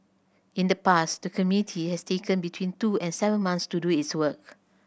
in the past the committee has taken between two and seven months to do its work